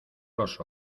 los